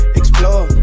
explore